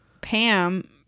pam